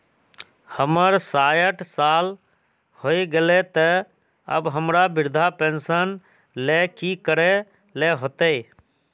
हमर सायट साल होय गले ते अब हमरा वृद्धा पेंशन ले की करे ले होते?